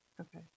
Okay